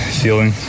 feeling